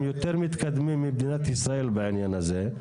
הם יותר מתקדמים ממדינת ישראל בעניין הזה.